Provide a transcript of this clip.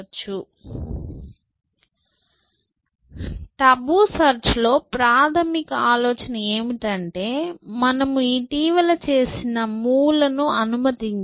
కాబట్టి టబు సెర్చ్లో ప్రాథమిక ఆలోచన ఏమిటంటే మనము ఇటీవల చేసిన మూవ్ లను అనుమతించరు